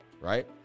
Right